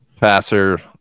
passer